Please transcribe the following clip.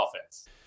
offense